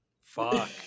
Fuck